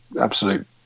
absolute